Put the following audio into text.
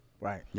Right